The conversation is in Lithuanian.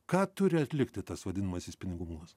ką turi atlikti tas vadinamasis pinigų mulas